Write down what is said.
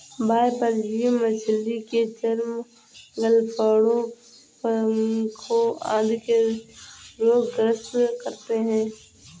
बाह्य परजीवी मछली के चर्म, गलफडों, पंखों आदि के रोग ग्रस्त करते है